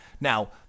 Now